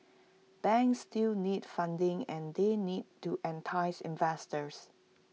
banks still need funding and they need to entice investors